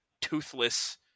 toothless